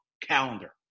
calendar